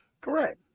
correct